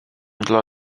dla